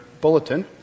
bulletin